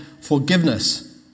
forgiveness